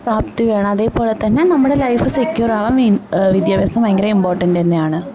party വേണം അതെപോലെ തന്നെ നമ്മുടെ ലൈഫ് സെക്വറാവാൻ വേൻ വിദ്യാഭ്യാസം ഭയങ്കര ഇമ്പോർട്ടൻറ്റന്നെയാണ്